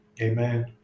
Amen